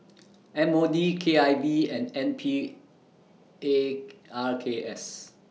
M O D K I V and N P A R K S